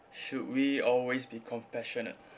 should we always be compassionate